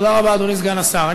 תודה רבה, אדוני סגן השר.